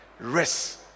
rest